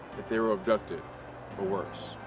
that they were abducted or worse.